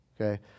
Okay